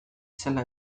zela